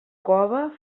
cove